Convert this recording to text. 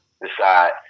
decide